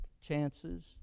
chances